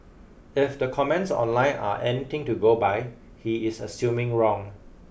if the comments online are anything to go by he is assuming wrong